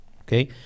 okay